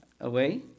away